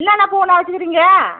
என்னென்ன பூண்ணா வச்சுக்குறீங்க